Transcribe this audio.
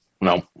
No